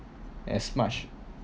as much